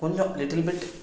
கொஞ்சம் லிட்டில்பிட்